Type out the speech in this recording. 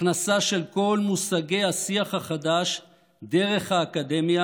הכנסה של כל מושגי השיח החדש דרך האקדמיה